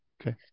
Okay